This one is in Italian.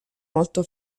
molto